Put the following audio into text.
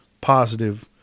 Positive